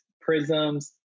prisms